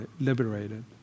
liberated